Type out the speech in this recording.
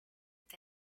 est